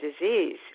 disease